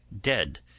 dead